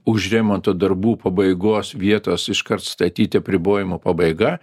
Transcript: už remonto darbų pabaigos vietos iškart statyti apribojimo pabaiga